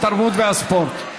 התרבות והספורט.